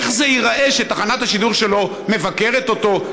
איך זה ייראה שתחנת השידור שלו מבקרת אותו,